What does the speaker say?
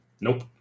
Nope